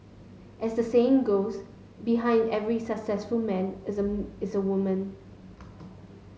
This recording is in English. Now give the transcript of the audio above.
as the saying goes Behind every successful man is is a woman